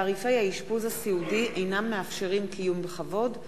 תעריפי האשפוז הסיעודי אינם מאפשרים קיום בכבוד,